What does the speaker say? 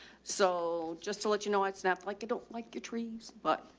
so just to let you know, it's not like they don't like the trees, but,